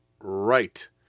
right